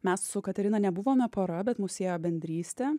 mes su katerina nebuvome pora bet mus siejo bendrystė